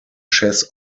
chess